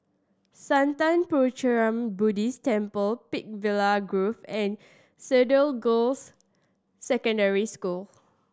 Sattha Puchaniyaram Buddhist Temple Peakville Grove and Cedar Girls' Secondary School